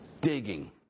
digging